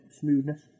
smoothness